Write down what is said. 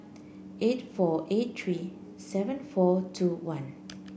eight four eight three seven four two one